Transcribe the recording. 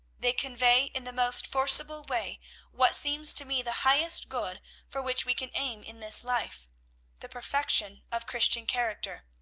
they convey in the most forcible way what seems to me the highest good for which we can aim in this life the perfection of christian character.